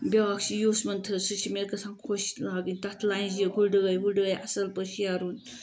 بیاکھ چھُ یوسمن تھٔر سُہ چھُ مےٚ گَژھان خۄش لاگٕنۍ تَتھ لَنجہِ گُڑٲے وُڑٲے اصل پٲٹھۍ شیرُن